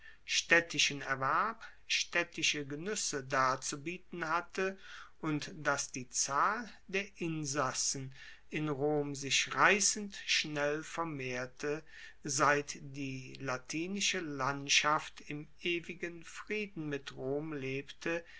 staedtischen erwerb staedtische genuesse darzubieten hatte und dass die zahl der insassen in rom sich reissend schnell vermehrte seit die latinische landschaft im ewigen frieden mit rom lebte